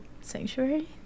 sanctuary